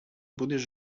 будеш